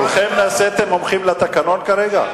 כולכם נעשיתם מומחים לתקנון כרגע?